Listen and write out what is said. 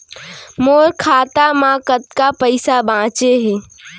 मोर खाता मा कतका पइसा बांचे हे?